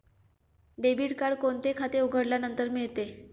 Debit card कोणते खाते उघडल्यानंतर मिळते?